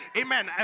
Amen